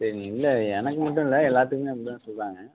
சரிங்க இல்லை எனக்கு மட்டுமல்ல எல்லாத்துக்குமே அப்படி தான் சொல்கிறாங்க